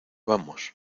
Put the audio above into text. vamos